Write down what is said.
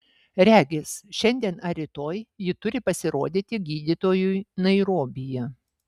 regis šiandien ar rytoj ji turi pasirodyti gydytojui nairobyje